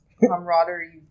camaraderie